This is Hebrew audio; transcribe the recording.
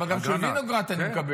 אבל גם של וינוגרד אני מקבל,